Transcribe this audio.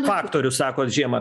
faktorių sakot žiemą